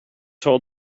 told